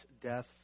death